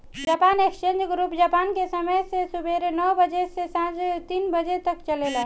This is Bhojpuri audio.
जापान एक्सचेंज ग्रुप जापान के समय से सुबेरे नौ बजे से सांझ तीन बजे तक चलेला